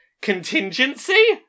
Contingency